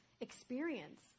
experience